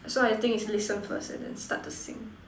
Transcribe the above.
so I think is listen first and then start to sing